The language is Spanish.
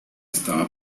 estaba